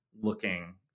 looking